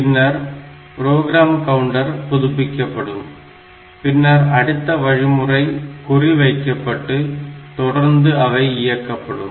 பின்னர் program counter புதுப்பிக்கப்படும் பின்னர் அடுத்த வழிமுறை குறி வைக்கப்பட்டு தொடர்ந்து அவை இயக்கப்படும்